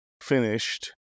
finished